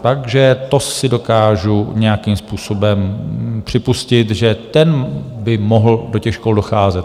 Takže to si dokážu nějakým způsobem připustit, že ten by mohl do těch škol docházet.